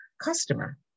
customer